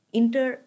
inter